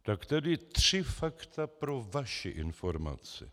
Tak tedy tři fakta pro vaši informaci.